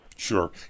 Sure